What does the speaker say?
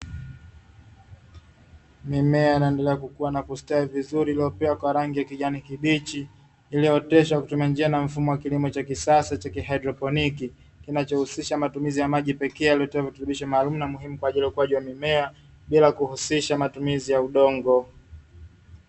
Mimea inayoendelea kukua na kustawi vizuri iliyopea kwa rangi ya kijani kibichi, iliyooteshwa kwa kutumia njia na mfumo wa kilimo cha kisasa cha kihaidroponi, kinachohusisha matumizi ya maji pekee yaliyotiwa virutubisho maalumu na muhimu kwa ajili ya ukuaji wa mimea, bila kuhusisha matumizi ya udongo.